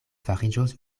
fariĝos